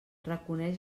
reconeix